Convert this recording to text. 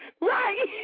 Right